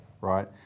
right